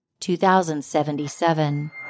2077